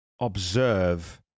observe